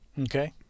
Okay